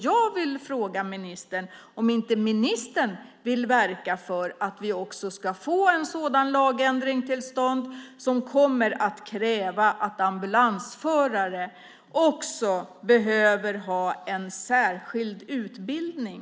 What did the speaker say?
Jag vill fråga ministern om inte ministern vill verka för att vi också ska få en sådan lagändring till stånd som kräver att ambulansförare också behöver ha en särskild utbildning.